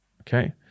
okay